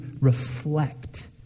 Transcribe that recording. reflect